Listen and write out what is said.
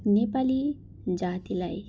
नेपाली जातिलाई